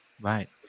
Right